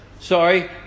sorry